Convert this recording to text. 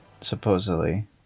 supposedly